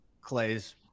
Clay's